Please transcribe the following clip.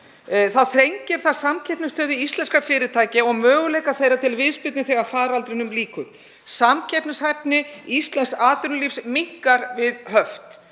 nýtt þrengir það samkeppnisstöðu íslenskra fyrirtækja og möguleika þeirra til viðspyrnu þegar faraldrinum lýkur. Samkeppnishæfni íslensks atvinnulífs minnkar við höft.